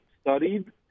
studied